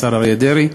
השר אריה דרעי,